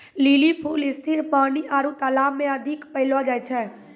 lily फूल स्थिर पानी आरु तालाब मे अधिक पैलो जाय छै